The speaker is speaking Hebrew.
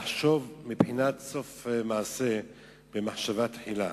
לחשוב בבחינת סוף מעשה במחשבה תחילה,